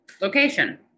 location